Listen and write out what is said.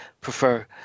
prefer